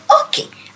okay